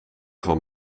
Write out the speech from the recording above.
van